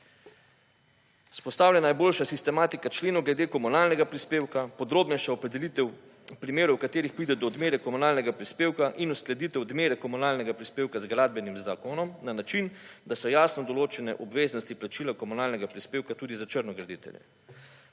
Vzpostavljena je boljša sistematika členov glede komunalnega prispevka, podrobnejša opredelitev primerov v katerih pride do odmere komunalnega prispevka in uskladitev odmere komunalnega prispevka z gradbenim zakonom na način, da so jasno določene obveznosti plačila komunalnega prispevka tudi za črnograditelje.